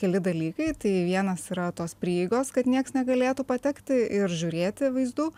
keli dalykai tai vienas yra tos prieigos kad nieks negalėtų patekti ir žiūrėti vaizdų